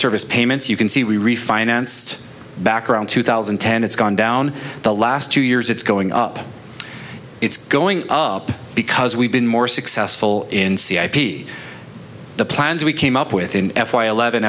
service payments you can see we refinanced back around two thousand and ten it's gone down the last two years it's going up it's going up because we've been more successful in c a p the plans we came up with in f y eleven